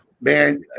man